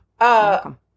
welcome